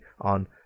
on